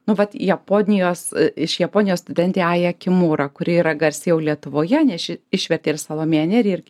nu vat japonijos iš japonijos studentė aja kimura kuri yra garsi jau lietuvoje nes ši išvertė ir salomėją nėrį ir